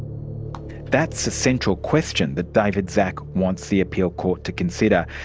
that's the central question that david szach wants the appeal court to consider.